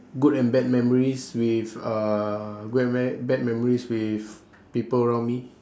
good and bad memories with uh good and ba~ bad memories with people around me